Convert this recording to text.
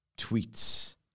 tweets